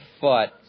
foot